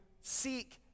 seek